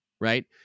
right